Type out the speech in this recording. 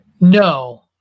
No